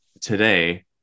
today